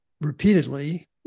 repeatedly